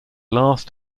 last